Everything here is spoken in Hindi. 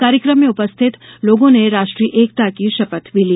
कार्यक्रम में उपस्थित लोगों ने राष्ट्रीय एकता की शपथ भी ली